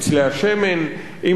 אם מדברים על הפוספטים.